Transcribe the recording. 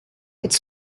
its